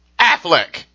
Affleck